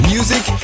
Music